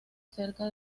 cerca